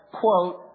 Quote